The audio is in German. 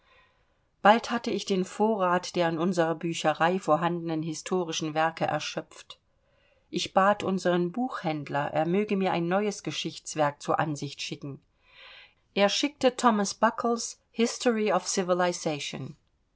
bald hatte ich den vorrat der in unserer bücherei vorhandenen historischen werke erschöpft ich bat unseren buchhändler er möge mir ein neues geschichtswerk zur ansicht schicken er schickte thomas buckles history of